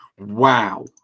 wow